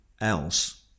else